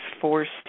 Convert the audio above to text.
forced